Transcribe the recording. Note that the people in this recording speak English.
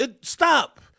Stop